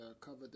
covered